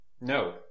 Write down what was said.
No